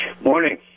Morning